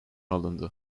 alındı